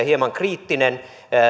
hieman kriittinen